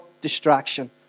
distraction